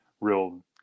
real